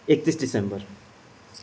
एकतिस डिसेम्बर